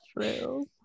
True